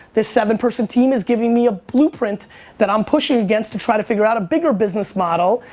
this seven person team is giving me a blueprint that i'm pushing against to try to figure out a bigger business model.